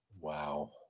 Wow